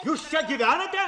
jūs čia gyvenata